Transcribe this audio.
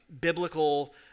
biblical